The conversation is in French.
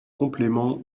complément